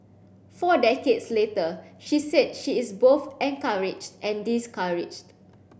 four decades later she said she is both encouraged and discouraged